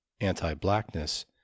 anti-blackness